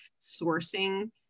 sourcing